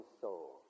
soul